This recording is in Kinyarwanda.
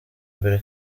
mbere